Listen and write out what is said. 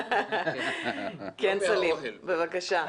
כן סלים, בבקשה.